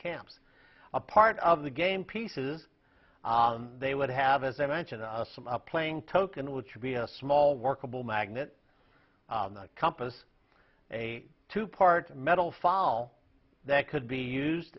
camps a part of the game pieces they would have as i mentioned some of playing token which would be a small workable magnet compass a two part metal fall that could be used